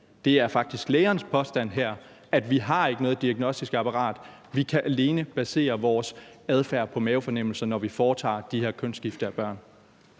Det er faktisk lægernes påstand her, at vi slet ikke har noget diagnostisk apparat; vi kan alene basere vores adfærd på mavefornemmelser, når vi foretager de her kønsskifter af børn.